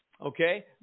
okay